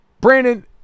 Brandon